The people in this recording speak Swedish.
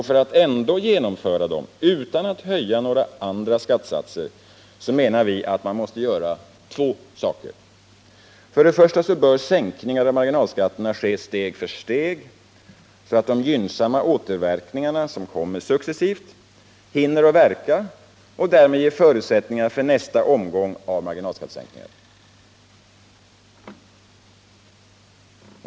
För att ändå genomföra dem utan att höja några andra skattesatser menar vi att man måste göra två saker. Först och främst bör sänkningar av marginalskatterna ske steg för steg så att de gynnsamma återverkningarna, som kommer successivt, hinner verka och därmed ge förutsättningar för nästa omgång av marginalskattesänkningar.